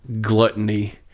gluttony